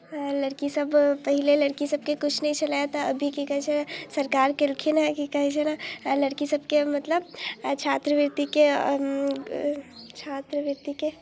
लड़कीसभ पहिले लड़कीसभके किछु नहि छलैए तऽ अभी की कहैत छै सरकार कयलखिन हेँ की कहैत छै ने लड़कीसभके मतलब छात्रवृत्तिके छात्रवृत्तिके